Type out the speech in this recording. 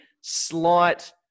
slight